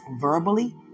verbally